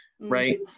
right